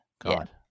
God